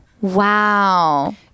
Wow